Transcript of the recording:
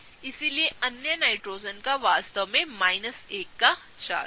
इसलिए अन्य नाइट्रोजन का वास्तव में माइनस 1 का चार्ज है सही है